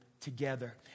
together